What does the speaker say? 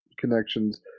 connections